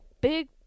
big